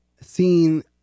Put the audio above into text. seen